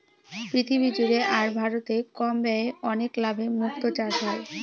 পৃথিবী জুড়ে আর ভারতে কম ব্যয়ে অনেক লাভে মুক্তো চাষ হয়